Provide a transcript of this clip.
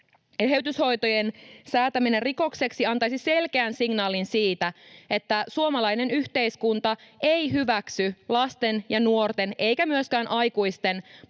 Eheytyshoitojen säätäminen rikokseksi antaisi selkeän signaalin, että suomalainen yhteiskunta ei hyväksy lasten ja nuorten eikä myöskään aikuisten